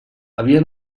havia